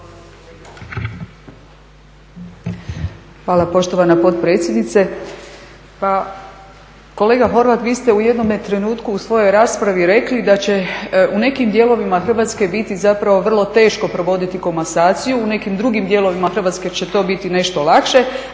Hvala poštovana potpredsjednice. Pa kolega Horvat vi ste u jednom trenutku u svojoj raspravi rekli da će u nekim dijelovima Hrvatske biti vrlo teško provoditi komasaciju, u nekim drugim dijelovima Hrvatske će to biti nešto lakše.